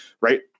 right